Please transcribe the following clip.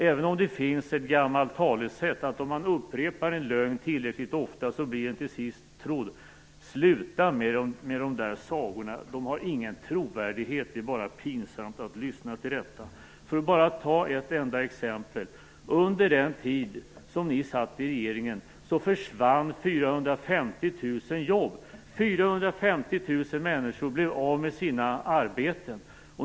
Även om det finns ett gammalt talesätt som säger att om man upprepar en lögn tillräckligt ofta blir den till sist trodd - sluta med de där sagorna! De har ingen trovärdighet. Det är bara pinsamt att lyssna till dem. Låt mig nämna ett enda exempel. Under den tid 450 000 människor blev av med sina arbeten.